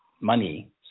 money